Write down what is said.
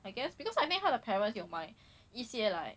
I guess because I think 他的 parents 有买一些 like